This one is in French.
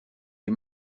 les